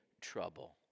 trouble